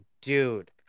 dude